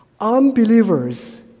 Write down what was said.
Unbelievers